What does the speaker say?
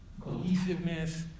cohesiveness